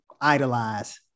idolize